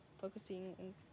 focusing